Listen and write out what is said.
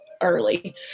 early